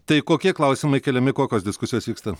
tai kokie klausimai keliami kokios diskusijos vyksta